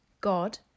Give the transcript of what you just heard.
God